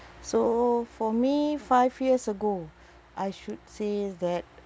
so for me five years ago I should say that